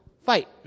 fight